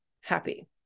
happy